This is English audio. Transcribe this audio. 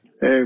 Hey